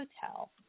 Hotel